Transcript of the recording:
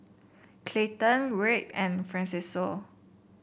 Clayton Wright and Francesco